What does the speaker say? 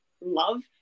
love